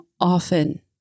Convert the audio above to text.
often